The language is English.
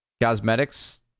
cosmetics